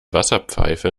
wasserpfeife